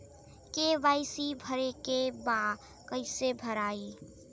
KYC भरे के बा कइसे भराई?